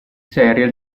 serial